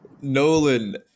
Nolan